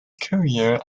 career